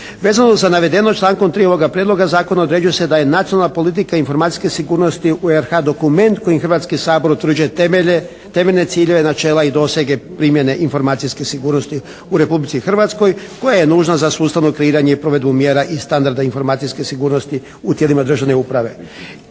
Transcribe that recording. Vezano za navedeno člankom 3. ovoga prijedloga zakona određuje se da je nacionalna politika informacijske sigurnosti u RH dokument kojim Hrvatski sabor utvrđuje temeljne ciljeve, načela i dosege primjene informacijske sigurnosti u Republici Hrvatskoj koje je nužno za sustavno kreiranje i provedbu mjera i standarda informacijske sigurnosti u tijelima državne uprave.